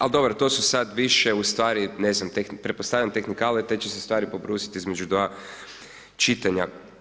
Al dobro, to su sad više ustvari, ne znam, pretpostavljam, tehnikalije, te će se stvari pobrusiti između dva čitanja.